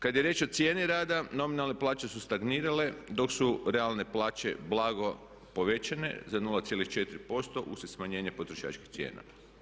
Kad je riječ o cijeni rada nominalne plaće su stagnirale dok su realne plaće blago povećane za 0,4% uslijed smanjenja potrošačkih cijena.